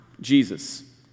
Jesus